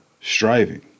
striving